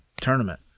tournament